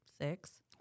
six